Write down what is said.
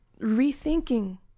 rethinking